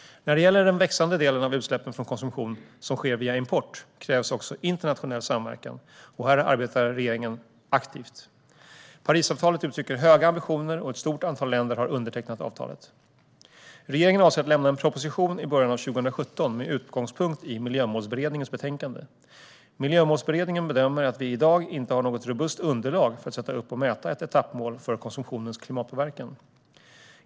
När det gäller den växande delen av utsläppen från konsumtion som sker via import krävs också internationell samverkan, och här arbetar regeringen aktivt. Parisavtalet uttrycker höga ambitioner, och ett stort antal länder har undertecknat avtalet. Regeringen avser att lämna en proposition i början av 2017 med utgångspunkt i Miljömålsberedningens betänkande. Miljömålsberedningen bedömer att vi i dag inte har något robust underlag för att sätta upp och mäta ett etappmål för konsumtionens klimatpåverkan.